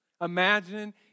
Imagine